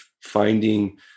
finding